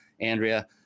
Andrea